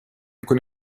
con